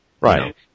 Right